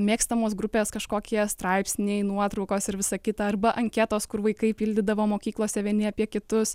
mėgstamos grupės kažkokie straipsniai nuotraukos ir visa kita arba anketos kur vaikai pildydavo mokyklose vieni apie kitus